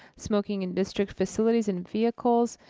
smoking in district facilities in vehicles.